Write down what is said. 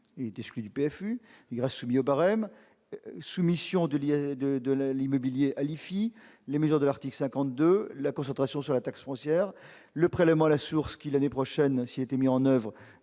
est exclu du PFU, il reste soumis au barème de l'IFI, les mesures de l'article 52, la concentration sur la taxe foncière, le prélèvement à la source, qui l'année prochaine, s'il était mis en oeuvre,